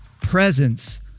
presence